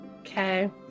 Okay